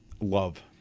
Love